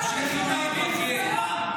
הפכתם את הבית הזה לפרסה.